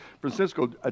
Francisco